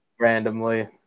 randomly